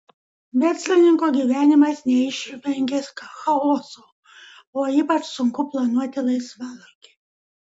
verslininko gyvenimas neišvengia chaoso o ypač sunku planuoti laisvalaikį